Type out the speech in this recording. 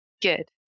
good